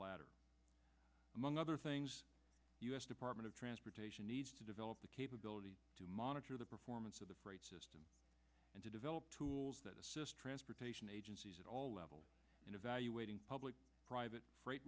latter among other things the us department of transportation needs to develop the capability to monitor the performance of the freight system and to develop tools that assist transportation agencies at all levels in evaluating public private re